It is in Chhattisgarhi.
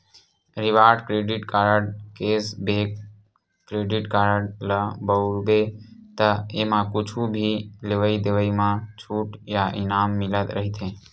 reward credit card, cashback credit card ल बउरबे त एमा कुछु भी लेवइ देवइ म छूट या इनाम मिलत रहिथे